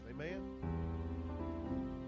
Amen